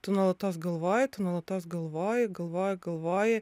tu nuolatos galvoji tu nuolatos galvoji galvoji galvoji